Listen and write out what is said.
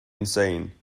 insane